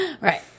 Right